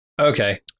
Okay